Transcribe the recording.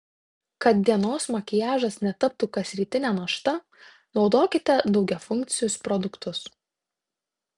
kad dienos makiažas netaptų kasrytine našta naudokite daugiafunkcius produktus